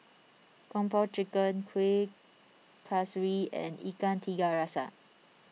Kung Po Chicken Kuih Kaswi and Ikan Tiga Rasa